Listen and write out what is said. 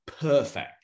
perfect